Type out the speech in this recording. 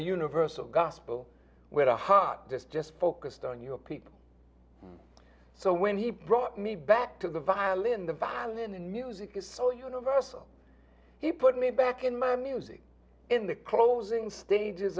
universal gospel where the heart this just focused on your people so when he brought me back to the violin the violin and music is so universal he put me back in my music in the closing stages